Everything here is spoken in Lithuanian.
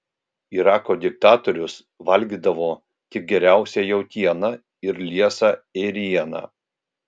irako diktatorius valgydavo tik geriausią jautieną ir liesą ėrieną